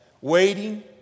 Waiting